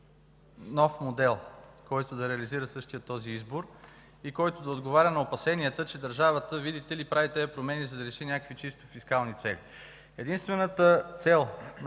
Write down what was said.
нов модел, който да реализира същия този избор и да отговаря на опасенията, че държавата, видите ли, прави тези промени, за да реши някакви чисто фискални цели. Единствената цел на